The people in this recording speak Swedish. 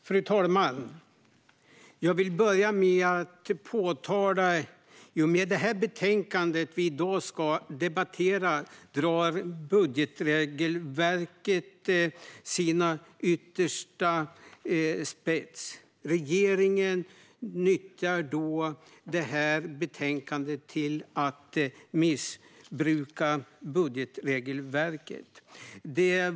Fru talman! Jag vill börja med att påpeka att regeringen, i och med det betänkande vi i dag ska debattera, drar budgetregelverket till dess yttersta spets. Regeringen nyttjar betänkandet till att missbruka budgetregelverket.